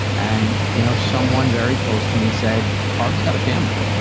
and, you know, someone very close to me said, harvey's got a family.